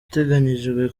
ateganyijwe